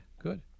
good